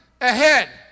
ahead